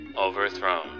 Overthrown